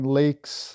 lakes